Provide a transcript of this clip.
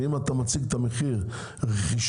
שאם אתה מציג את המחיר הרכישה,